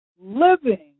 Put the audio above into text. living